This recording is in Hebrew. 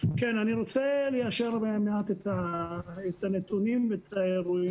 אני רוצה ליישר מעט את הנתונים ואת האירועים.